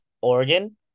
Oregon